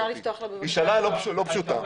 זאת שאלה לא פשוטה.